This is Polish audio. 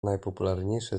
najpopularniejsze